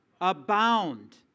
Abound